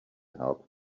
help